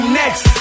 next